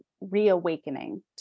reawakening